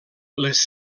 les